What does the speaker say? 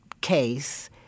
case